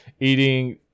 eating